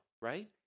right